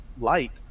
light